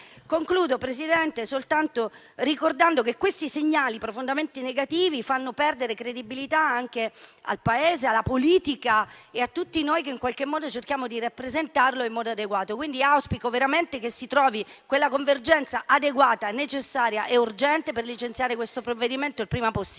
Concludo, Presidente, ricordando che questi segnali profondamente negativi fanno perdere credibilità al Paese, alla politica e a tutti noi che in qualche modo cerchiamo di rappresentarlo in modo adeguato. Auspico veramente che si trovi quella convergenza adeguata, necessaria e urgente per licenziare questo provvedimento il prima possibile,